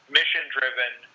mission-driven